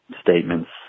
statements